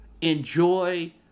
Enjoy